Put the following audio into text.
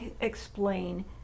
explain